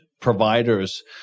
providers